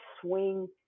swing